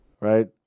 Right